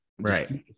Right